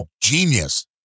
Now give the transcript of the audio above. genius